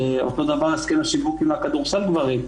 אותו דבר הסכם השיווק עם כדורסל גברים.